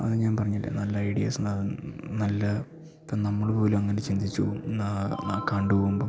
അത് ഞാൻ പറഞ്ഞില്ലേ നല്ലൈഡ്യാസ്സൊണ്ടാവ് നല്ല ഇപ്പം നമ്മൾ പോലുവങ്ങനെ ചിന്തിച്ച് പോകും കണ്ട് പോമ്പം